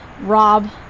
Rob